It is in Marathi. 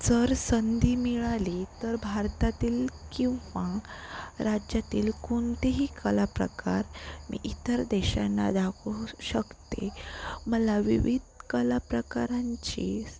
जर संधी मिळाली तर भारतातील किंवा राज्यातील कोणतेही कला प्रकार मी इतर देशांना दाखवू शकते मला विविध कलाप्रकारांची